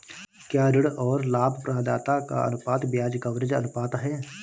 क्या ऋण और लाभप्रदाता का अनुपात ब्याज कवरेज अनुपात है?